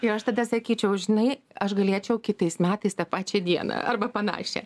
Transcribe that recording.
jo aš tada sakyčiau žinai aš galėčiau kitais metais tą pačią dieną arba panašią